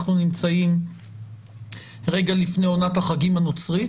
אנחנו נמצאים רגע לפני עונת החגים הנוצרית